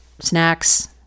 snacks